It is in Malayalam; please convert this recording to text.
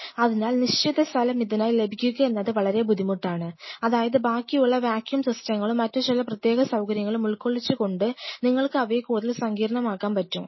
അതിനാൽ നിശ്ചിത സ്ഥലം ഇതിനായി ലഭിക്കുകയെന്നത് വളരെ ബുദ്ധിമുട്ടാണ് അതായത് ബാക്കിയുള്ള വാക്യും സിസ്റ്റങ്ങളും മറ്റു ചില പ്രത്യേക സൌകര്യങ്ങളും ഉൾക്കൊള്ളിച്ചുകൊണ്ട് നിങ്ങൾക്ക് അവയെ കൂടുതൽ സങ്കീർണമാക്കാൻ പറ്റും